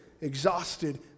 exhausted